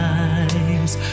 eyes